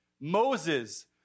Moses